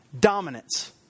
dominance